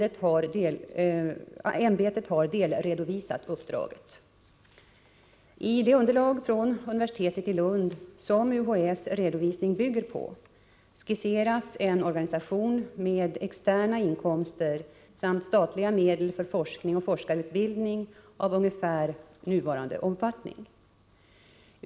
Ämbetet har delredovisat uppdraget. I det underlag från universitetet i Lund som UHÄ:s redovisning bygger på skisseras en organisation med externa inkomster samt statliga medel för forskning och forskarutbildning av ungefär nuvarande omfattning.